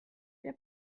der